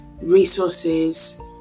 Resources